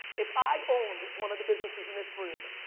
if i owned one of the businesses in this room,